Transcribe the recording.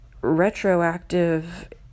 retroactive